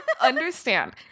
understand